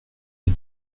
est